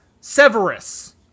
Severus